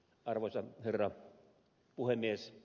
arvoisa herra puhemies